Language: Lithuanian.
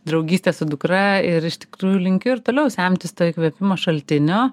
draugystė su dukra ir iš tikrųjų linkiu ir toliau semtis įkvėpimo šaltinio